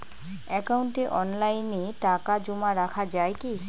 একাউন্টে অনলাইনে টাকা জমা রাখা য়ায় কি?